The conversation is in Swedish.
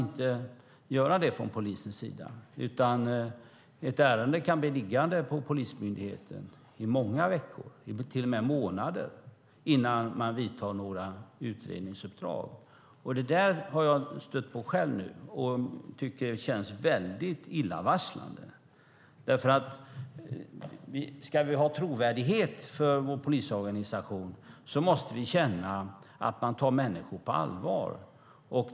I dag behöver polisen inte göra det, utan ett ärende kan bli liggande på polismyndigheten i många veckor, till och med månader, innan man vidtar några utredningsuppdrag. Detta har jag nu stött på själv, och jag tycker att det känns väldigt illavarslande. Ska vi ha tilltro till vår polisorganisation måste vi känna att de tar människor på allvar.